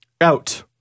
Out